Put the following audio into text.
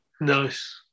Nice